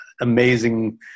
amazing